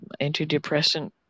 antidepressant